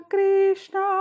Krishna